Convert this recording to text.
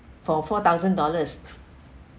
for four thousand dollars